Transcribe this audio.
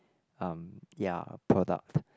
um ya product